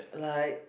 like